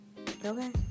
Okay